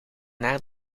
naar